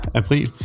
april